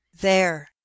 There